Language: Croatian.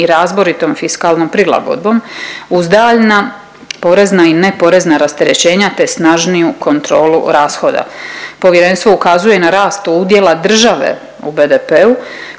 i razboritom fiskalnom prilagodbom uz daljnja porezna i neporezna rasterećenja te snažniju kontrolu rashoda. Povjerenstvo ukazuje na rast udjela države u BDP-u